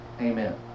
Amen